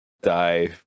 die